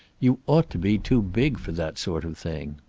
you ought to be too big for that sort of thing.